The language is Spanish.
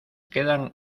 quedan